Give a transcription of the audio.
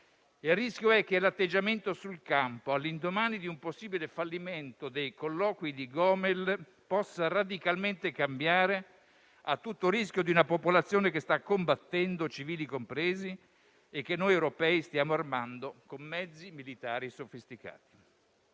Il pericolo è che l'atteggiamento sul campo, all'indomani di un possibile fallimento dei colloqui di Gomel, possa radicalmente cambiare a tutto rischio di una popolazione che sta combattendo, civili compresi, e che noi europei stiamo armando con mezzi militari sofisticati.